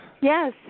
Yes